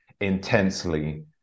intensely